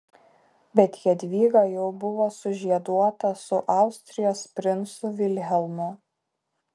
bet jadvyga jau buvo sužieduota su austrijos princu vilhelmu